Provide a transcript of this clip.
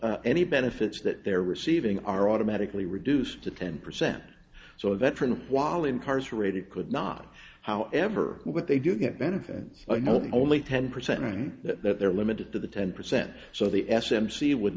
those any benefits that they're receiving are automatically reduced to ten percent so a veteran while incarcerated could not however what they do get benefits i know only ten percent and that they're limited to the ten percent so the s m c would